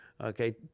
okay